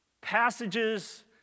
passages